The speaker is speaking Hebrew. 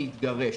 להתגרש,